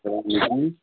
السلام علیکُم